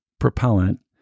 propellant